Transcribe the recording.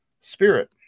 spirit